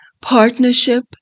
partnership